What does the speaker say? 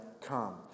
come